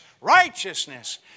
righteousness